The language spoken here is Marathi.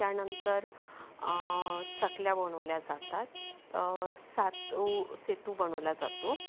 त्यानंतर चकल्या बनवल्या जातात सातू सातू बनवला जातो